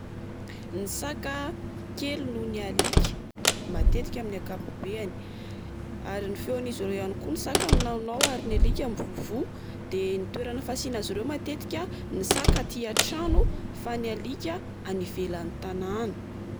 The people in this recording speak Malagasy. Ny saka a kely noho ny alika, matetika amin'ny ankapobeany. Ary ny feoan'izy ireo ihany koa, ny saka minaonao ary ny alika mivovoa. De ny toerana fasiana azy ireo matetikany saka aty antrano fa ny alika any ivelan'ny tanàna.